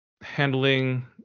handling